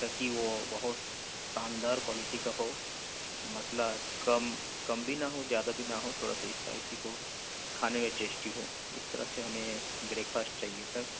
تاکہ وہ بہت شاندار کوالٹی کا ہو مسئلہ کم کم بھی نہ ہو زیادہ بھی نہ ہو تھوڑا سا اسپائسی ہو کھانے میں ٹیسٹی ہو اس طرح سے ہمیں بریک فاسٹ چاہیے سر